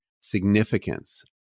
significance